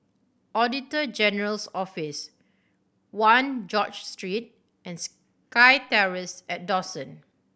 Auditor General's Office One George Street and SkyTerrace at Dawson